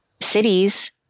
cities